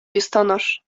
biustonosz